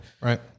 right